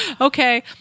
okay